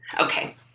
Okay